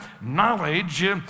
Knowledge